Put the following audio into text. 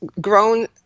grown